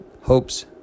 hopes